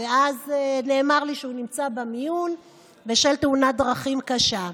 ואז נאמר לי שהוא נמצא במיון בשל תאונת דרכים קשה.